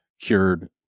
cured